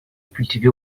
cultivé